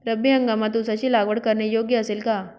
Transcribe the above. रब्बी हंगामात ऊसाची लागवड करणे योग्य असेल का?